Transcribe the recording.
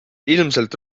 ilmselt